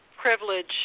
privilege